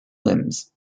limbs